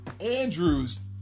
Andrews